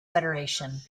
federation